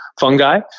fungi